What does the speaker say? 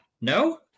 No